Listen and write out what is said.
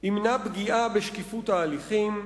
ימנע פגיעה בשקיפות ההליכים,